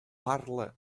parla